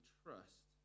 trust